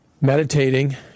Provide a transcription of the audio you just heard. meditating